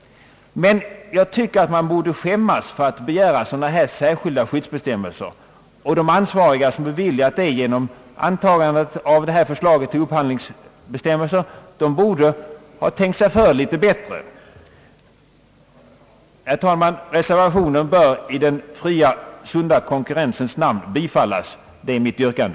Men jag tycker att man borde skämmas för att begära sådana här särskilda skyddsbestämmelser. De ansvariga som beviljat detta genom att antaga de nuvarande upphandlingsbestämmelserna borde ha tänkt sig för litet bättre. Herr talman! Reservationen bör i den fria, sunda konkurrensens namn bifallas. Det är mitt yrkande.